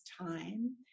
time